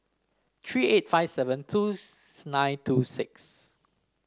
three eight five seven two nine two six